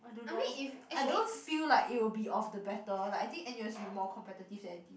I don't know I don't feel like it will be of the better like I think n_u_s will be more competitive than n_t_u